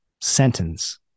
sentence